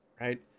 Right